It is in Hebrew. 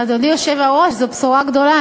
אדוני היושב-ראש, זו בשורה גדולה.